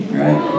right